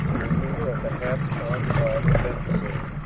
the ruler of the half part of bethzur,